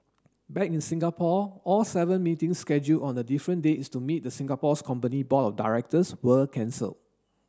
back in Singapore all seven meetings schedule on a different dates to meet the Singapore company's board of directors were cancelled